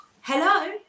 hello